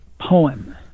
poem